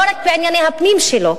לא רק בענייני הפנים שלו,